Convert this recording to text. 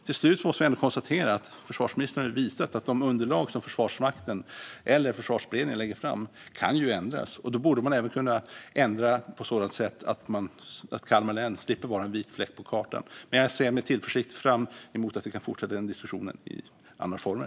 Till slut måste jag ändå konstatera att försvarsministern har visat att de underlag som Försvarsmakten eller Försvarsberedningen lägger fram kan ändras. Då borde man även kunna ändra dem på ett sådant sätt att Kalmar län slipper att vara en vit fläck på kartan. Jag ser med tillförsikt fram emot att vi kan fortsätta den här diskussionen i andra former.